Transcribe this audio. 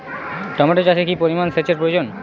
Tomato চাষে কি পরিমান সেচের প্রয়োজন?